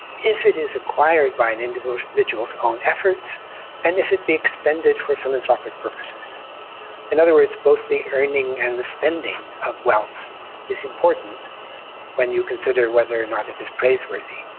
if it is acquired by an individual's own efforts and if it be expended for philanthropic purposes in other words, both the earning and the spending of wealth is important when you consider whether it is praiseworthy